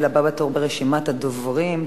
הבאה בתור ברשימת הדוברים,